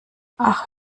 ach